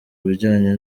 bijyanye